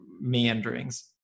meanderings